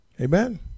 Amen